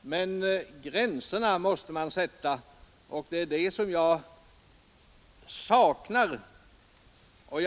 Men gränserna måste fastställas, och det är dem jag saknar i dag.